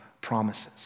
promises